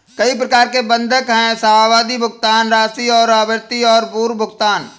कई प्रकार के बंधक हैं, सावधि, भुगतान राशि और आवृत्ति और पूर्व भुगतान